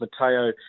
Matteo